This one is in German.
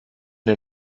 der